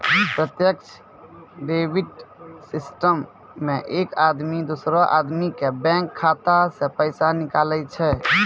प्रत्यक्ष debit system मे एक आदमी दोसरो आदमी के बैंक खाता से पैसा निकाले छै